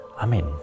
Amen